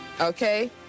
Okay